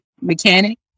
mechanic